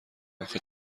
آخه